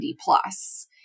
plus